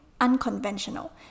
unconventional